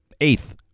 Eighth